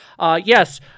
Yes